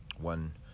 One